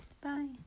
Bye